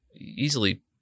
easily